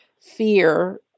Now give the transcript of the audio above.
fear